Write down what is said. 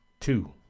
to